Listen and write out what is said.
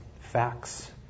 facts